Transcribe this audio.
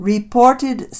Reported